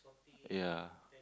ya